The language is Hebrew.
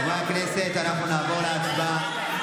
חברי הכנסת, אנחנו נעבור להצבעה.